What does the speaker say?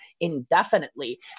indefinitely